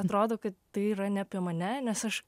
atrodo kad tai yra ne apie mane nes aš